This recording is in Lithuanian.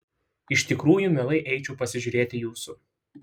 iš tikrųjų mielai eičiau pasižiūrėti jūsų